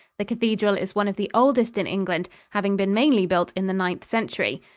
the cathedral is one of the oldest in england, having been mainly built in the ninth century.